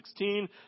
16